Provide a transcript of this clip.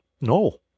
no